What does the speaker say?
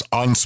on